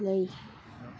ꯂꯩ